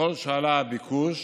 ככל שעלה הביקוש